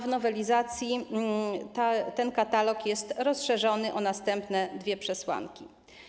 W nowelizacji ten katalog został rozszerzony o następne dwie przesłanki.